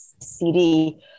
CD